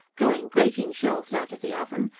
drawing grating shelves out of the oven,